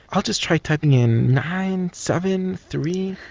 i'll just try typing in nine, seven, three,